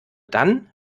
dann